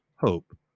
hope